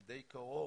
די קרוב,